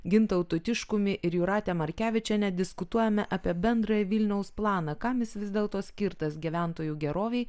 gintautu tiškumi ir jūrate markevičiene diskutuojame apie bendrąjį vilniaus planą kam jis vis dėlto skirtas gyventojų gerovei